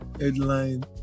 headline